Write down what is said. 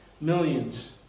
millions